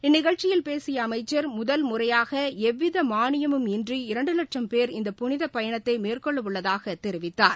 இந்நிகழ்ச்சியில் பேசிய அமைச்சர் முதல் முறையாக எவ்வித மானியமும் இன்றி இரண்டு லட்சும் பேர் இந்த புனித பயணத்தை மேற்கொள்ள உள்ளதாகத் தெரிவித்தார்